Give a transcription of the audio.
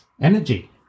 energy